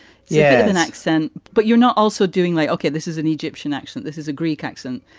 yeah, an accent. but you're not also doing like, ok, this is an egyptian accent. this is a greek accent.